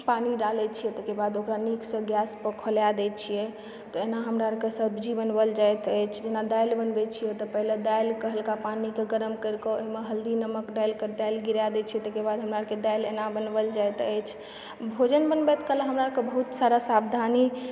पानी डालैत छियै ताहिके बाद ओकरा नीकसँ गैस पर खोलाइ दैत छियै एना हमरा अरकऽ सब्जी बनायल जाइत अछि जेना दालि बनबैत छियै तऽ पहिने डालिके हल्का पानीकऽ गरम करिकऽ ओहिमे हल्दी नमक डालिके दालि गिरा दैत छियै ताहिके बाद हमरा अरकऽ दालि एना बनायल जाइत अछि भोजन बनबैत काल हमरा अरकऽ बहुत सारा सावधानी